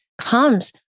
comes